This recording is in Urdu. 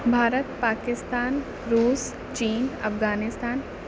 بھارت پاکستان روس چین افغانستان